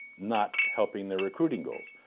not helping their recruiting goals.